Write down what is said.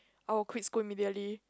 I would quit school immediately